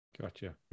Gotcha